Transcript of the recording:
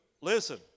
listen